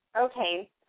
Okay